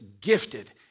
gifted